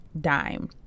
dime